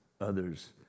others